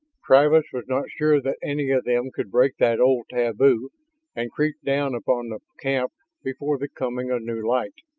travis was not sure that any of them could break that old taboo and creep down upon the camp before the coming of new light.